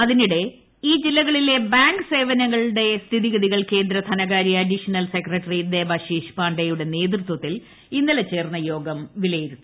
അതിനിടെ ഈ ജില്ലകളിലെ ബാങ്ക് സേവനങ്ങളുടെ സ്ഥിതിഗതികൾ കേന്ദ്ര ധനകാര്യ അഡീഷണൽ സെക്രട്ടറി ദേബാശിശ് പാണ്ഡെയുടെ നേതൃത്വത്തിൽ ഇന്നലെ ചേർന്ന യോഗം വിലയിരുത്തി